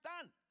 done